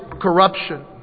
corruption